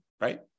Right